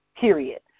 period